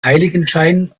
heiligenschein